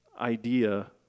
idea